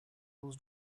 was